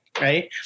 Right